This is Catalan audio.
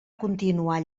continuar